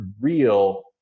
real –